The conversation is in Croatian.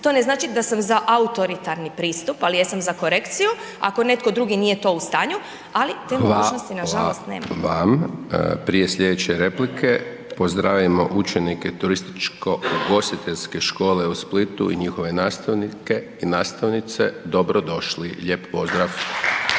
To ne znači da sam za autoritarni pristup, ali jesam za korekciju ako netko drugi nije to u stanju, ali te mogućnosti nažalost nemam. **Hajdaš Dončić, Siniša (SDP)** Hvala vam. Prije sljedeće replike pozdravimo učenike Turističko-ugostiteljske škole u Splitu i njihove nastavnike i nastavnice. Dobro došli. Lijep pozdrav.